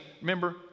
remember